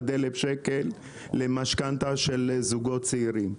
עד 1,000 שקלים למשכנתה של זוגות צעירים.